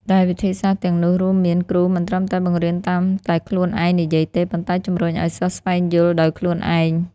ដែលវិធីសាស្រ្តទាំងនោះរួមមានគ្រូមិនត្រឹមតែបង្រៀនតាមតែខ្លួនឯងនិយាយទេ ប៉ុន្តែជំរុញឲ្យសិស្សស្វែងយល់ដោយខ្លួនឯង។